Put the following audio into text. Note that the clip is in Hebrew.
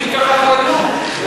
שתיקח אחריות.